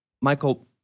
Michael